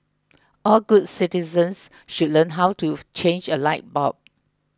all good citizens should learn how to change a light bulb